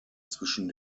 zwischen